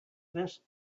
this